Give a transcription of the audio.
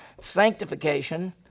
Sanctification